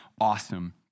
awesome